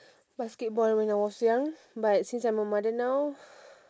basketball when I was young but since I'm a mother now